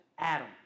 Adam